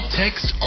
text